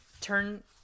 turn